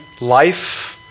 life